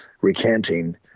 recanting